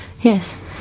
Yes